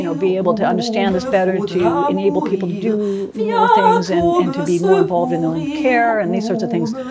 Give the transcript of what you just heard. you know be able to understand this better to enable people to do more things and and to be more involved in their own care and these sorts of things.